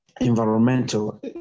environmental